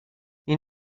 این